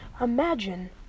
Imagine